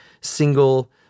single